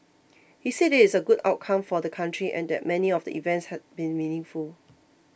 he said it is a good outcome for the country and that many of the events had been meaningful